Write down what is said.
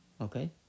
okay